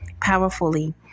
powerfully